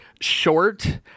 short